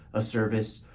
a service,